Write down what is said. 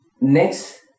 Next